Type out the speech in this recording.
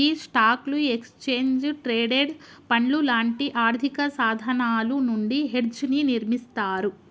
గీ స్టాక్లు, exchange traded పండ్లు లాంటి ఆర్థిక సాధనాలు నుండి హెడ్జ్ ని నిర్మిస్తారు